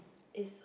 is